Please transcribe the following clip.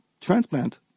transplant